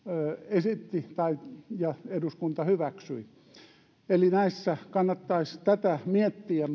esitti ja eduskunta hyväksyi eli näissä kannattaisi tätä miettiä